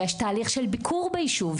יש תהליך של ביקור ביישוב,